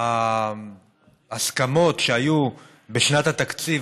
ההסכמות שהיו בשנת התקציב,